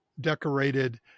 decorated